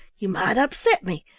you might upset me.